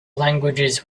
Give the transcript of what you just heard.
languages